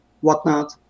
whatnot